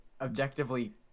Objectively